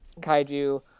kaiju